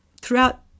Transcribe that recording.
Throughout